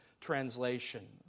Translation